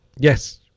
yes